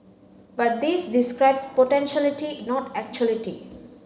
but this describes potentiality not actuality